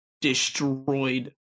destroyed